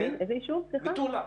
מטולה